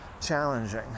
challenging